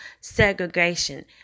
segregation